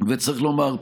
צריך לומר,